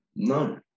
No